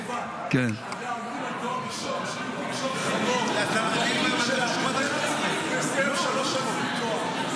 --- בתואר ראשון שאם תקשור חמור --- הוא יסיים אחרי שלוש שנים תואר.